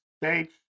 States